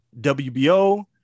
WBO